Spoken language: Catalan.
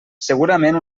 segurament